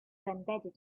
embedded